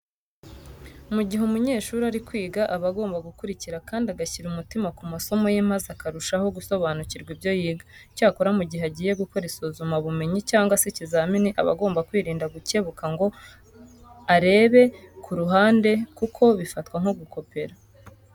Mu gihe umunyeshuri ari kwiga aba agomba gukurikira kandi agashyira umutima ku masomo ye maze akarushaho gusobanukirwa ibyo yiga. Icyakora mu gihe agiye gukora isuzumabumenyi cyangwa se ikizamini aba agomba kwirinda gukebuka ngo arebe ku ruhande kuko bifatwa nko gukopera.